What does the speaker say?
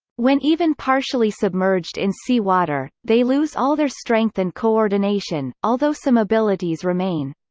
when even partially submerged in sea water, they lose all their strength and coordination, although some abilities remain.